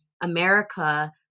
America